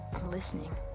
listening